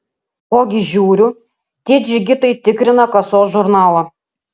ogi žiūriu tie džigitai tikrina kasos žurnalą